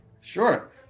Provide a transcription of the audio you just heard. Sure